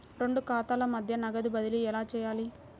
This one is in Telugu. రెండు ఖాతాల మధ్య నగదు బదిలీ ఎలా చేయాలి?